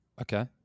Okay